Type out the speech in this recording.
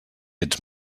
ets